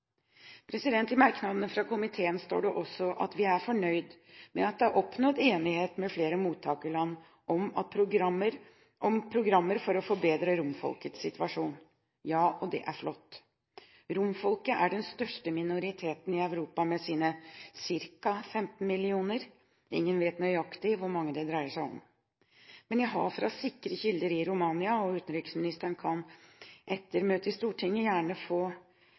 I merknadene fra komiteen står det også at vi er fornøyd med at det er oppnådd enighet med flere mottakerland om programmer for å forbedre romfolkets situasjon. Ja – og det er flott. Romfolket er den største minoriteten i Europa med sine ca. 15 millioner, ingen vet nøyaktig hvor mange det dreier seg om. Men jeg har fra sikre kilder i Romania – og utenriksministeren kan etter møtet i Stortinget gjerne